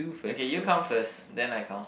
okay you count first then I count